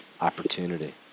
opportunity